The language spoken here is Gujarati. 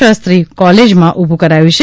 શાસ્ત્રી કોલેજમાં ઉભુ કરાયું છે